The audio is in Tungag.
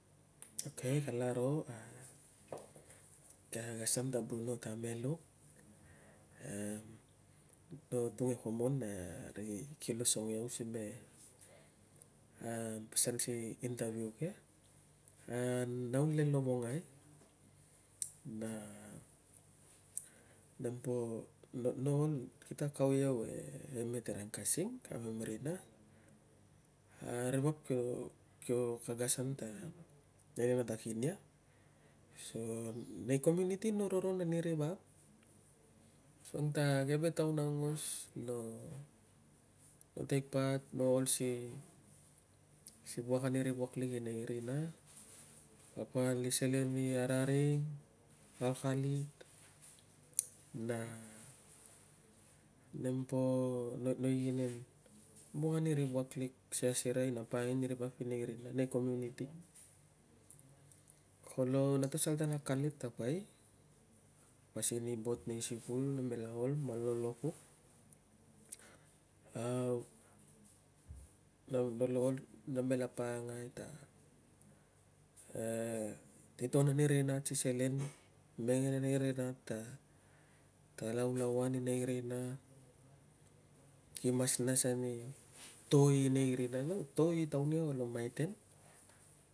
Ok, kalaro ag sang ta buruno tameluk am, no tung e komo n ri kilo songo au si me nau le lovongai, na nem po no, no ol, kete kau au e meterang kasing, kamem rina, a ri vap kio, kio, ag asan ta lenginang na ta nginia. So, nei komiuniti no roron ani rivap asuang ta keve taun aungos, no take part, no ol si. si wok ani wi wok lik irina, palpal i sele i arang kalkalit, na nem po, no, no, igenen buk ani ri nai komiuniti. Kolo, na ta pasal ta akalit tapai, pasin i bot rei sikul, na me lo ol malolo puk. Au, no, no, na me la pangangai ta, e, itoiton ani rinat ta selen, mengen ane rinat ta, ta laulauan inai rina, kimas nas ani to inai rina nang to itaun ke kolo maiten.